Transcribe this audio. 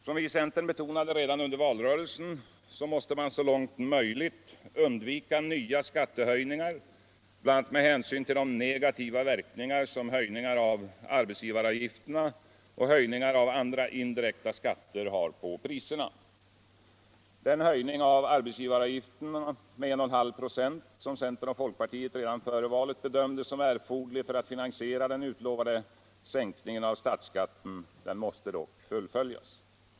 Som vi i centern betonade redan under valrörelsen måste man så långt möjligt undvika nya skatltehöjningar, bl.a. med hänsyn tll de negativa verkningar som höjningar av arbetsgivaravgifterna och höjningar av andra indirekta skatter har på priserna. Den höjning av arbetsgivaravgifterna med 1I,5 ”5 som centern och folkpartiet redan före valet bedömde som erforderlig för att finansiera den utlovade sänkningen av stutsskatton mäste dock Ffultlföljas.